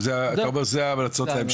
לא, זהו תודה.